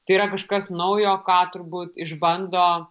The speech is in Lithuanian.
tai yra kažkas naujo ką turbūt išbando